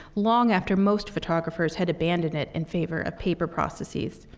long after most photographers had abandoned it in favor of paper processes.